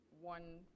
one